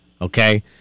Okay